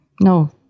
no